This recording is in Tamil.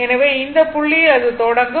எனவே இந்த புள்ளியில் அது தொடங்கும்